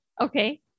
okay